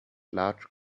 large